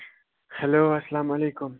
hello اسلام علیکُم